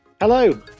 Hello